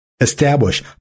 establish